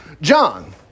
John